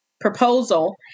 proposal